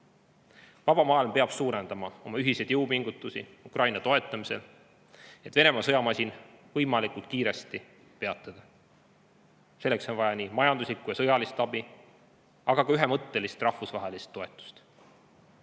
vaba maailm peab suurendama oma ühiseid jõupingutusi Ukraina toetamisel, et Venemaa sõjamasin võimalikult kiiresti peatada. Selleks on vaja majanduslikku ja sõjalist abi, aga ka ühemõttelist rahvusvahelist toetust.